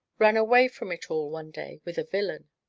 ran away from it all, one day, with a villain.